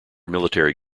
military